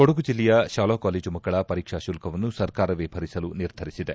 ಕೊಡಗು ಜಿಲ್ಲೆಯ ಶಾಲಾ ಕಾಲೇಜು ಮಕ್ಕಳ ಪರೀಕ್ಷಾ ಶುಲ್ಕವನ್ನು ಸರ್ಕಾರವೇ ಭರಿಸಲು ನಿರ್ಧರಿಸಿದೆ